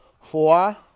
four